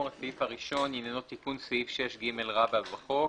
הסעיף הראשון הננו תיקון סעיף 6 רבא בחוק.